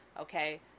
Okay